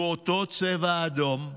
הוא אותו צבע אדום.